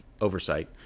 oversight